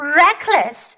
reckless